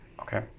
Okay